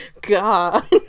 God